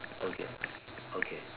okay okay